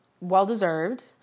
Well-deserved